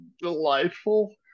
delightful